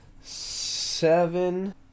seven